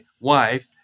wife